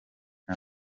nta